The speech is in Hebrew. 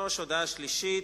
הוראת שעה)